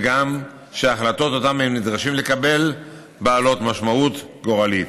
וגם כאשר ההחלטות שאותן הם נדרשים לקבל הן בעלות משמעות גורלית.